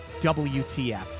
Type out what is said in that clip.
wtf